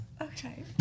Okay